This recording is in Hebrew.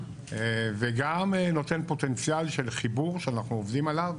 וגם נותן פוטנציאל של חיבור שאנחנו עובדים עליו,